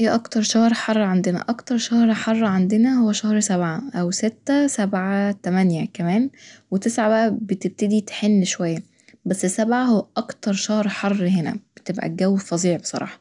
اي أكتر شهر حر عندنا ، أكتر شهر حر عندنا هو شهر سبعة أو ستة سبعة تمانية كمان وتسعة بقى بتبدي تحن شوية بس سبعة هو أكتر شهر حر هنا ، بتبقى الجو فظيع بصراحة ،